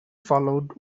followed